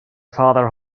father